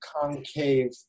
concave